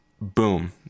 boom